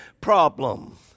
problem